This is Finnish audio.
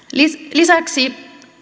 lisäksi